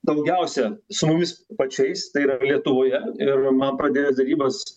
daugiausia su mumis pačiais tai yra lietuvoje ir man pradėjus derybas